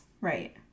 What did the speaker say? Right